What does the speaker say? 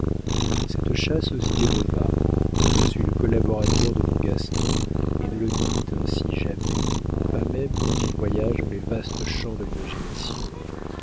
cette chasse aux idées me va je suis le collaborateur de mon gaston et ne le quitte ainsi jamais pas même quand il voyage dans les vastes champs de l'imagination